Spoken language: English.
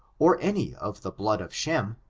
or any of the blood of shem,